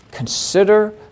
Consider